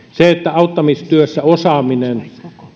auttamistyössä osaaminen